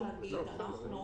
אני רוצה לומר שאנחנו